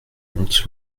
monte